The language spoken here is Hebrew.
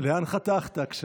אני,